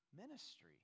ministry